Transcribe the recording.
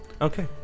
Okay